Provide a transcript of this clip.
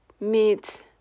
meet